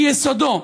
ביסודו,